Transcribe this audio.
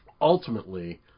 ultimately